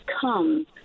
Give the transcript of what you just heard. come